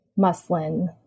Muslin